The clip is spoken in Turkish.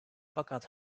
fakat